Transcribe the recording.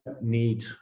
need